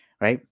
right